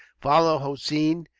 followed hossein,